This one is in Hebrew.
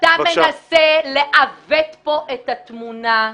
אתה מנסה לעוות פה את התמונה,